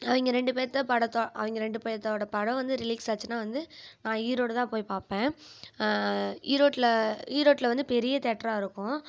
அவங்க ரெண்டுபேர்த்த படத்தை அவங்க ரெண்டு பேர்த்தோட படம் வந்து ரிலீக்ஸ் ஆச்சுன்னா வந்து நான் ஈரோடுதான் போய் பார்ப்பேன் ஈரோடில் ஈரோடில் வந்து பெரிய தியேட்ராக இருக்கும்